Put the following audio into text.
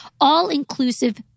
all-inclusive